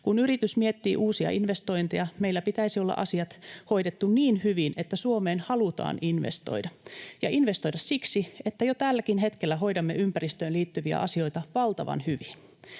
Kun yritys miettii uusia investointeja, meillä pitäisi olla asiat hoidettu niin hyvin, että Suomeen halutaan investoida, investoida siksi, että jo tälläkin hetkellä hoidamme ympäristöön liittyviä asioita valtavan hyvin.